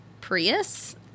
Prius